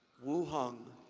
wu hung,